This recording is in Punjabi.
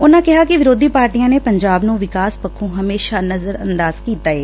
ਉਨਾਂ ਕਿਹਾ ਕਿ ਵਿਰੋਧੀ ਪਾਰਟੀਆਂ ਨੇ ਪੰਜਾਬ ਨੂੰ ਵਿਕਾਸ ਪੱਖੋਂ ਹਮੇਸ਼ਾ ਨਜ਼ਰ ਅੰਦਾਜ਼ ਕੀਤਾ ਏ